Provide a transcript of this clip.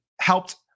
helped